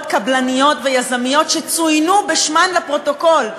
קבלניות ויזמיות שצוינו בשמן לפרוטוקול,